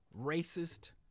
racist